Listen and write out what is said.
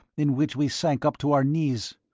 in which we sank up to our knees.